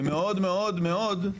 ומאוד מאוד לא